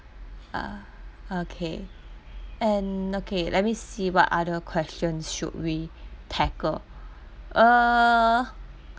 ah okay and okay let me see what other questions should we tackle uh